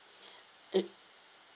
it